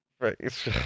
right